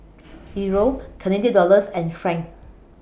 Euro Canadian Dollars and Franc